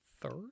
third